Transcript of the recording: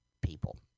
people